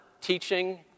teaching